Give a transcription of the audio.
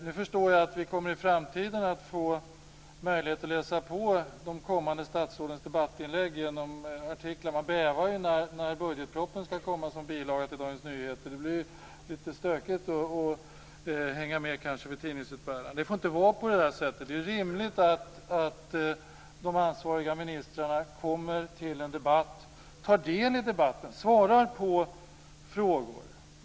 Nu förstår jag att vi i framtiden kommer att få möjlighet att läsa de kommande statsrådens debattinlägg i artiklar. Man bävar för hur det blir när budgetpropositionen kommer som bilaga till Dagens Nyheter. Det blir kanske lite stökigt att hänga med för tidningsutbärarna. Det får inte vara på det sättet. Det är rimligt att de ansvariga ministrarna kommer till en debatt, deltar i debatten och svarar på frågor.